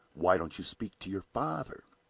why don't you speak to your father?